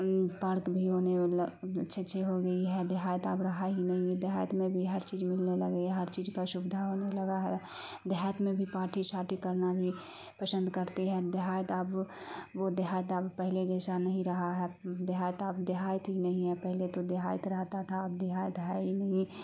park بھی ہونے اچھے اچھی ہو گئی ہے دیہات آب رہا ہی نہیں ہے دیہایت میں بھی ہر چیز ملنے لگی ہے ہر چیز کا سویدھا ہونے لگا ہے دیہات میں بھی پارٹی شارٹی کرنا بھی پسند کرتی ہے دیہات اب وہ دیہات اب پہلے جیسا نہیں رہا ہے دیہات آب دیہات ہی نہیں ہے پہلے تو دیہات رہتا تھا اب دیہات ہے ہی نہیں